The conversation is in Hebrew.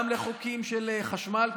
גם חוקים של חשמל,